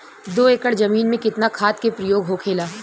दो एकड़ जमीन में कितना खाद के प्रयोग होखेला?